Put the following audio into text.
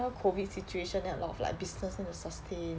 now COVID situation then a lot of like business need to sustain